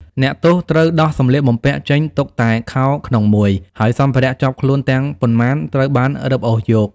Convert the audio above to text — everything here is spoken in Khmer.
អ្នកទោសត្រូវដោះសម្លៀកបំពាក់ចេញទុកតែខោក្នុងមួយ ហើយសម្ភារៈជាប់ខ្លួន ទាំងប៉ុន្មានត្រូវបានរឹបអូសយក។